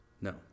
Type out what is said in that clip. No